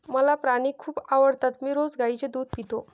मला प्राणी खूप आवडतात मी रोज गाईचे दूध पितो